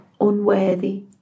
unworthy